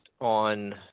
on